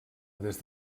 des